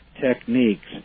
techniques